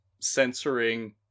censoring